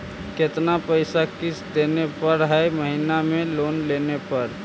कितना पैसा किस्त देने पड़ है महीना में लोन लेने पर?